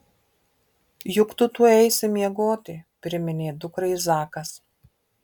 juk tu tuoj eisi miegoti priminė dukrai zakas